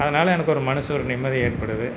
அதனால் எனக்கு ஒரு மனது ஒரு நிம்மதி ஏற்படுது